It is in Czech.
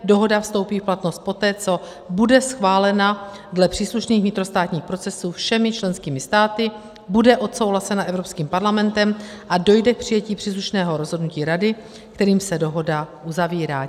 Dohoda vstoupí v platnost poté, co bude schválena dle příslušných vnitrostátních procesů všemi členskými státy, bude odsouhlasena Evropským parlamentem a dojde k přijetí příslušného rozhodnutí Rady, kterým se dohoda uzavírá.